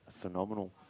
phenomenal